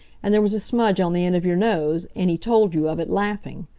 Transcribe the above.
and there was a smudge on the end of your nose, and he told you of it, laughing.